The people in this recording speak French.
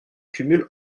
cumul